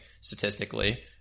statistically